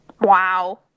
Wow